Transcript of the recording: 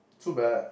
too bad